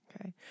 Okay